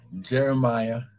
Jeremiah